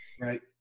Right